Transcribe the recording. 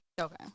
Okay